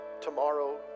tomorrow